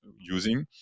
using